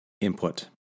input